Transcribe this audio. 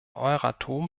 euratom